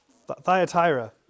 Thyatira